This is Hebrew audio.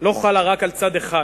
לא חלה רק על צד אחד.